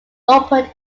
reopened